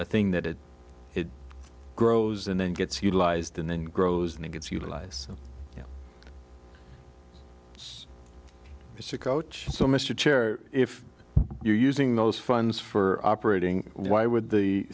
a thing that grows and then gets utilized and then grows and it gets utilize you know it's it's a coach so mr chair if you're using those funds for operating why would the